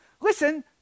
Listen